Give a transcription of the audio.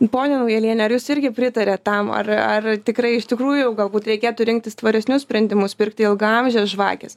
ponia naujaliene ar jūs irgi pritariat tam ar ar tikrai iš tikrųjų galbūt reikėtų rinktis tvaresnius sprendimus pirkti ilgaamžes žvakes